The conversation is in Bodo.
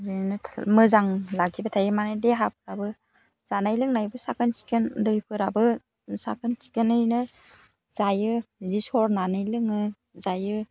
ओरैनो मोजां लाखिबाय थायो माने देहाफ्राबो जानाय लोंनायबो साखोन सिखोन दैफोराबो साखोन सिखोनैनो जायो बिदि सरनानै लोङो जायो